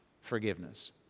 forgiveness